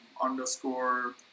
underscore